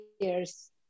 years